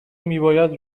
میباید